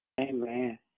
Amen